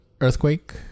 Earthquake